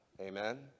Amen